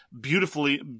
beautifully